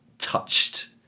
Touched